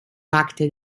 acted